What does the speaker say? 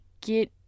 get